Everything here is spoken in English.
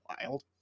wild